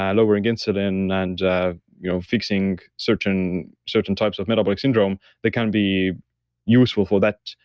yeah lowering insulin, and you know fixing certain certain types of metabolic syndrome. they can be useful for that.